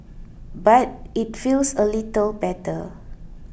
but it feels a little better